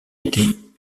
été